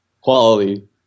quality